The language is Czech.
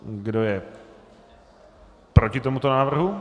Kdo je proti tomuto návrhu?